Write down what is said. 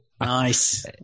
Nice